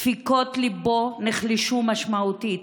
דפיקות ליבו נחלשו משמעותית.